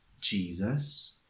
Jesus